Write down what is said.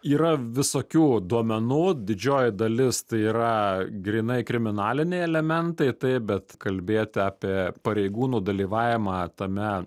yra visokių duomenų didžioji dalis tai yra grynai kriminaliniai elementai taip bet kalbėt apie pareigūnų dalyvavimą tame